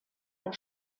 der